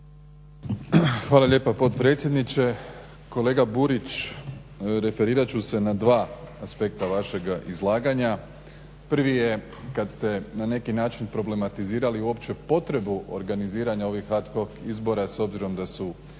Hvala lijepa potpredsjedniče. Kolega Burić referirat ću se na dva aspekta vašeg izlaganja. Prvi je kad ste na neki način problematizirali uopće potrebu organiziranja ovih ad hoc izbora s obzirom da su